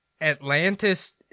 Atlantis